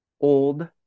old